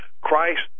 Christ